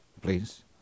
Please